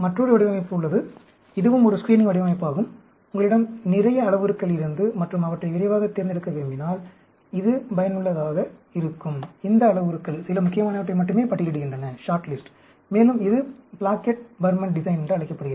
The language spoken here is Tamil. மற்றொரு வடிவமைப்பு உள்ளது இதுவும் ஒரு ஸ்கிரீனிங் வடிவமைப்பாகும் உங்களிடம் நிறைய அளவுருக்கள் இருந்து மற்றும் அவற்றை விரைவாக தேர்ந்தெடுக்க விரும்பினால் இது பயனுள்ளதாக இருக்கும் இந்த அளவுருக்கள் சில முக்கியமானவற்றை மட்டுமே பட்டியலிடுகின்றன மேலும் இது பிளாக்கெட் பர்மன் டிசைன் என்று அழைக்கப்படுகிறது